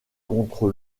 contre